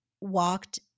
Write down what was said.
walked